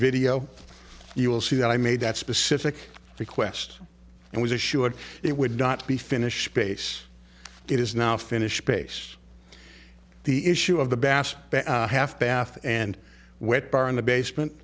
video you will see that i made that specific request and was assured it would not be finished bass it is now finished bass the issue of the bass half bath and wet bar in the basement